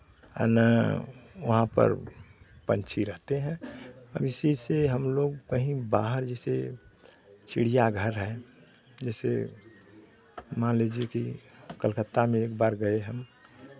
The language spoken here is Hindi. ना वहाँ पर पंछी रहते हैं अब इसी से हम लोग कहीं बाहर जैसे चिड़ियाघर है जैसे मान लीजिये कि कलकत्ता में एक बार गये हम